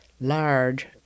large